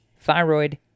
thyroid